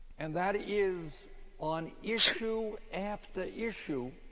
and that is on issue after issue,